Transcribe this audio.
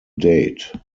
date